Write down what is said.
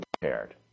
prepared